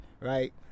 right